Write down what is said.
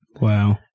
Wow